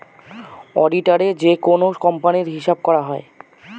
অডিটারে যেকোনো কোম্পানির হিসাব করা হয়